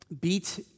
beat